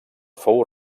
fou